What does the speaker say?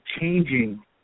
changing